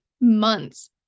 months